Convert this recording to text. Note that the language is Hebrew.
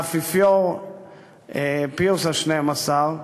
לאפיפיור פיוס ה-12,